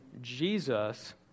Jesus